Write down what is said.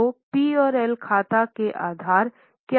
तो पी और एल खाता में आधार क्या हो सकता है